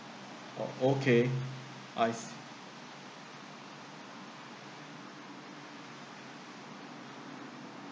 orh okay I see